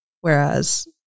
Whereas